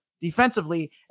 defensively